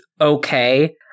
okay